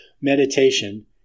meditation